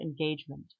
engagement